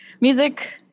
music